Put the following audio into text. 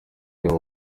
yobo